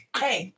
hey